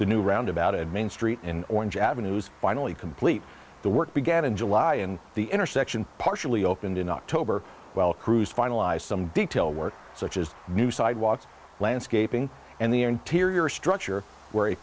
the new roundabout and main street in orange avenues finally complete the work began in july and the intersection partially opened in october while crews finalized some detail work such as new sidewalks landscaping and the interior structure w